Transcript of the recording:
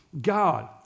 God